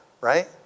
right